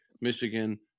Michigan